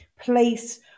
place